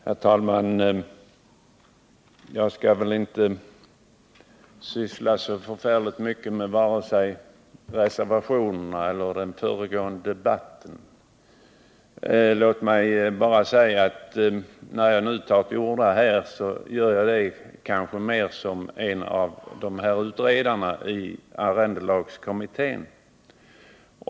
Herr talman! Jag skall inte syssla så förfärligt mycket med vare sig reservationerna eller den föregående debatten. När jag nu tar till orda, gör jag det kanske mer såsom en av utredarna i arrendelagskommittén.